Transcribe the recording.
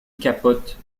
capote